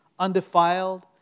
undefiled